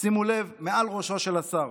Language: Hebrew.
מעל ראשו של השר.